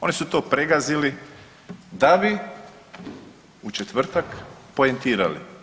Oni su to pregazili da bi u četvrtak poentirali.